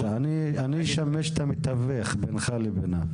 אני אשמש כמתווך בינך לבינם.